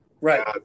Right